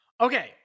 Okay